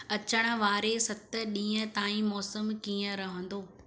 अचनि वारे सत ॾींहं ताईं मौसम कीअं रहंदो